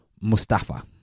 Mustafa